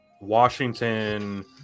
Washington